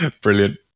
brilliant